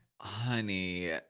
Honey